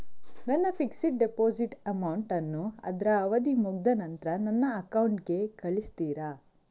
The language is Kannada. ನನ್ನ ಫಿಕ್ಸೆಡ್ ಡೆಪೋಸಿಟ್ ಅಮೌಂಟ್ ಅನ್ನು ಅದ್ರ ಅವಧಿ ಮುಗ್ದ ನಂತ್ರ ನನ್ನ ಅಕೌಂಟ್ ಗೆ ಕಳಿಸ್ತೀರಾ?